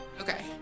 Okay